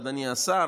אדוני השר,